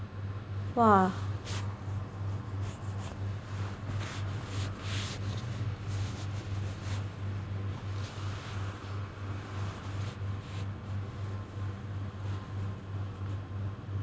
!wah!